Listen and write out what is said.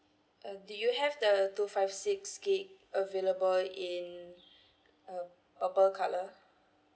uh do you have the two five six gig available in uh purple colour